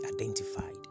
identified